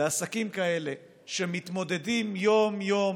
לעסקים כאלה שמתמודדים יום-יום,